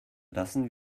lassen